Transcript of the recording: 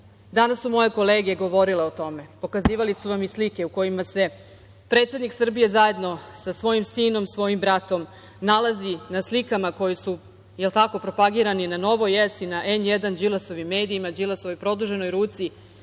su moje kolege govorile o tome, pokazivale su vam i slike u kojima se predsednik Srbije zajedno sa svojim sinom, svojim bratom, nalazi na slikama koje su propagirane na Novoj S, N1, Đilasovim medijima, Đilasovoj produženoj ruci,